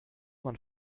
man